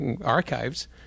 archives